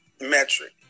metric